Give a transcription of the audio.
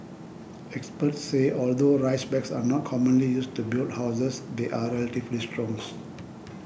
experts say although rice bags are not commonly used to build houses they are relatively strong